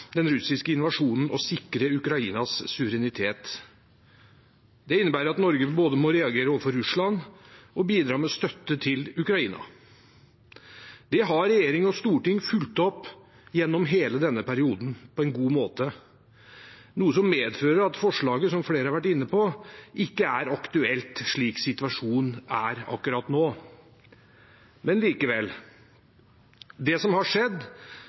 den russiske invasjonen og sikre Ukrainas suverenitet. Det innebærer at Norge både må reagere overfor Russland og bidra med støtte til Ukraina. Det har regjering og storting fulgt opp gjennom hele denne perioden på en god måte, noe som medfører at forslaget, som flere har vært inne på, ikke er aktuelt slik situasjonen er akkurat nå. Men likevel: Det som har skjedd,